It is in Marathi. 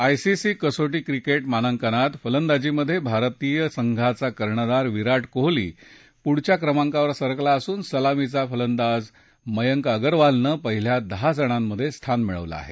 आयसीसी कसोटी क्रिकेट मानांकनात फलंदाजीत भारतीय संघाचा कर्णधार विराट कोहली पुढच्या क्रमांकावर सरकला असून सलामीचा फलंदाज मयंक अग्रवालनं पहिल्या दहा जणांत स्थान मिळालेलं आहे